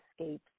escapes